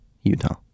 utah